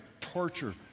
torture